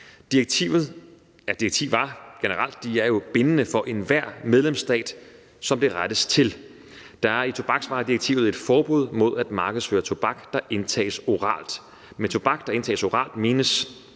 Direktiver er generelt bindende for enhver medlemsstat, som de rettes til. Der er i tobaksvaredirektivet et forbud mod at markedsføre tobak, der indtages oralt. Med tobak, der indtages oralt, menes: